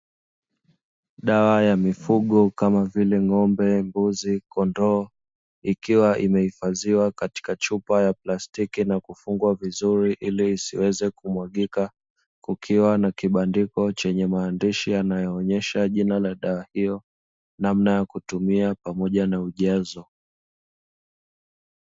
Dawa ya mifugo kama vile ng'ombe, mbuzi, kondoo ikiwa imehifadhiwa katika chupa ya plastiki na kufungwa vizuri ili isiweze kumwagika; kukiwa na kibandiko chenye maandishi yanayoonyesha jina la dawa hiyo namna ya kutumia pamoja na ujazo.